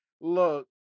look